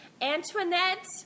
Antoinette